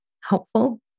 helpful